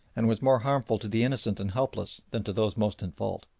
and was more harmful to the innocent and helpless than to those most in fault.